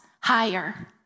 higher